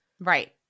Right